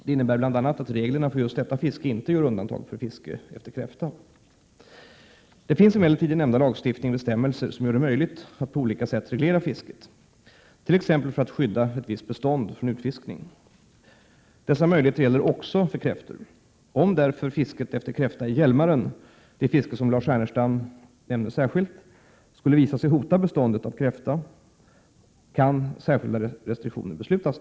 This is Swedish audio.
Det innebär bl.a. att reglerna för just detta fiske inte gör undantag för fiske efter kräfta. Det finns emellertid i nämnda lagstiftning bestämmelser som gör det möjligt att på olika sätt reglera fisket, t.ex. för att skydda ett visst bestånd från utfiskning. Dessa möjligheter gäller också för kräftor. Om därför fisket efter kräfta i Hjälmaren, det fiske som Lars Ernestam nämner särskilt, skulle visa sig hota beståndet av kräfta där, kan särskilda restriktioner beslutas.